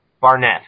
Barnett